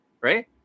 right